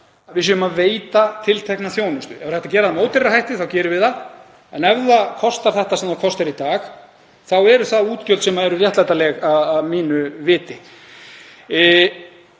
við séum að veita tiltekna þjónustu. Ef hægt er að gera það með ódýrari hætti þá gerum við það. En ef það kostar það sem það kostar í dag þá eru það útgjöld sem eru réttlætanleg að mínu viti.